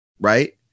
Right